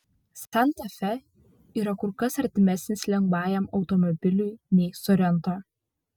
santa fe yra kur kas artimesnis lengvajam automobiliui nei sorento